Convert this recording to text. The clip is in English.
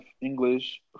English